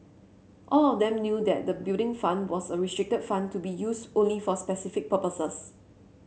all of them knew that the Building Fund was a restricted fund to be used only for specific purposes